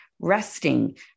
resting